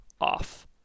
off